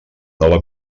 nova